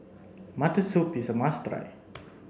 mutton soup is a must